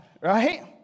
right